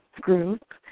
group